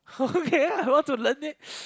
okay I want to learn it